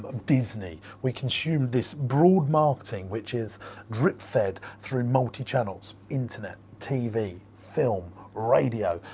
disney, we consume this broad marketing, which is drip fed through multi channels. internet, tv, film, radio,